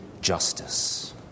justice